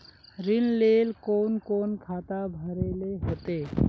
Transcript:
ऋण लेल कोन कोन खाता भरेले होते?